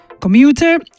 Commuter